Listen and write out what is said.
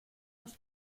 los